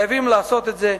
חייבים לעשות את זה.